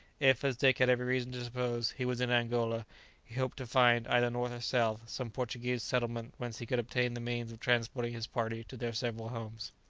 if, as dick had every reason to suppose, he was in angola, he hoped to find, either north or south, some portuguese settlement whence he could obtain the means of transporting his party to their several homes.